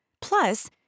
Plus